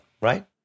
right